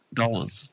dollars